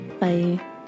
Bye